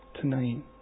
tonight